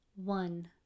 One